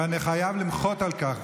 ואני חייב למחות על כך.